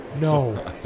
no